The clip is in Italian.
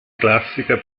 classica